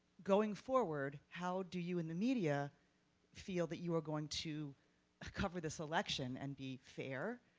going forward how do you in the media feel that you are going to ah cover the selection and be fair,